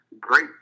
great